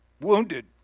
wounded